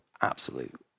absolute